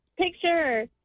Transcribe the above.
picture